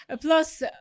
Plus